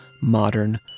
modern